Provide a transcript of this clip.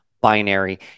Binary